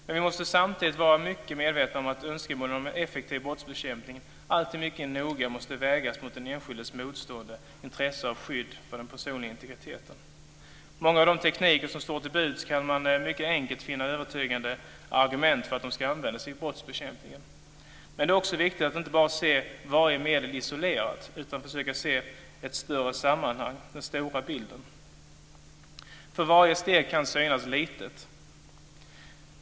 Men vi måste samtidigt vara mycket medvetna om att önskemålen om en effektiv brottsbekämpning alltid mycket noga måste vägas mot den enskildes motstående intresse av skydd för den personliga integriteten. Många av de tekniker som står till buds kan man mycket enkelt finna övertygande argument för att de ska användas i brottsbekämpningen. Men det är också viktigt att inte bara se varje medel isolerat utan också försöka se ett större sammanhang, den stora bilden. Varje steg kan synas vara litet.